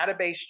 database